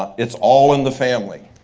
ah it's all in the family.